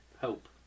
Hope